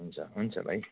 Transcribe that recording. हुन्छ हुन्छ भाइ